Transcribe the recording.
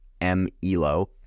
M-ELO